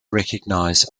recognize